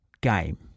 game